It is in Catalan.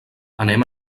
anem